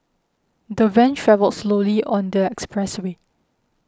the van travelled slowly on the expressway